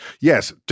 Yes